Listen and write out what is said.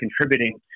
contributing